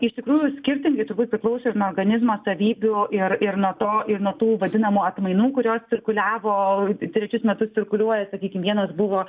tai iš tikrųjų skirtingai turbūt priklauso nuo organizmo savybių ir ir nuo to ir nuo tų vadinamų atmainų kurios cirkuliavo trečius metus cirkuliuoja sakykim vienas buvo